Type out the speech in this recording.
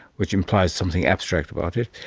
which implies something abstract about it.